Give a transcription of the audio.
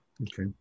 Okay